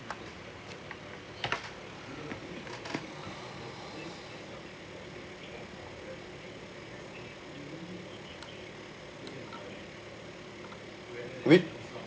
which